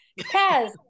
Kaz